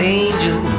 angel